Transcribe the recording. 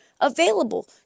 available